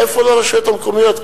מאיפה יש לרשויות המקומיות?